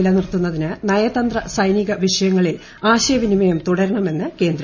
നിലനിർത്തുന്നതിന്റ് ന്യതന്ത്ര സൈനിക വിഷയങ്ങളിൽ ആശയവിനിമയം തുടരണമെന്ന് കേന്ദ്രം